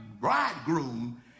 bridegroom